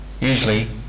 Usually